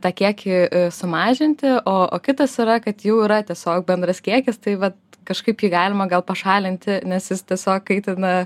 tą kiekį sumažinti o o kitas yra kad jau yra tiesiog bendras kiekis tai vat kažkaip jį galima gal pašalinti nes jis tiesiog kaitina